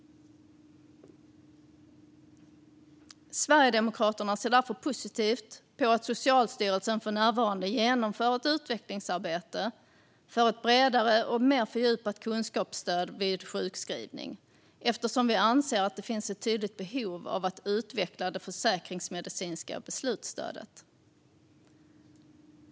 Sverigedemokraterna ser positivt på att Socialstyrelsen för närvarande genomför ett utvecklingsarbete för ett bredare och mer fördjupat kunskapsstöd vid sjukskrivning, eftersom vi anser att det finns ett tydligt behov av att utveckla det försäkringsmedicinska beslutsstödet.